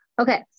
okay